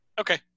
Okay